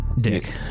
Dick